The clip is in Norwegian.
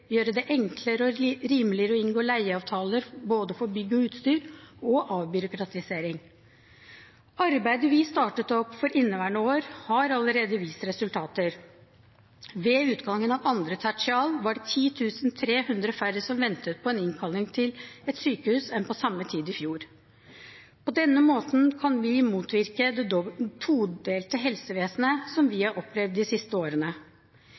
regel», gjøre det enklere og rimeligere å inngå leieavtaler både for bygg og utstyr og avbyråkratisering. Arbeidet vi startet opp for inneværende år, har allerede vist resultater. Ved utgangen av andre tertial var det 10 300 færre som ventet på en innkalling til et sykehus enn på samme tid i fjor. På denne måten kan vi motvirke det todelte helsevesenet som vi har opplevd de siste årene.